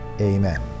Amen